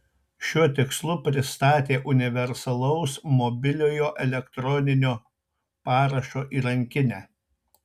šiuo tikslu pristatė universalaus mobiliojo elektroninio parašo įrankinę